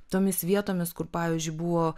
tomis vietomis kur pavyzdžiui buvo